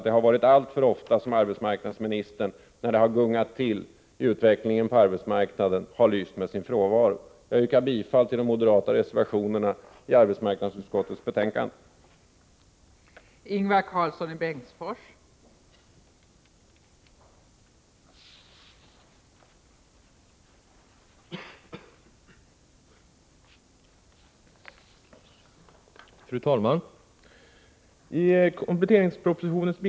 Det har varit alltför ofta som arbetsmarknadsministern när det har gungat till i fråga om utvecklingen på arbetsmarknaden har lyst med sin frånvaro. Jag yrkar bifall till de moderata reservationerna i arbetsmarknadsutskottets betänkande 21.